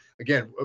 again